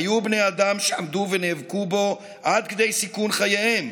היו בני אדם שעמדו ונאבקו בו עד כדי סיכון חייהם.